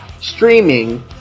streaming